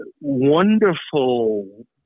wonderful